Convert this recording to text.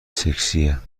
سکسیه